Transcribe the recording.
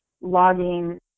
logging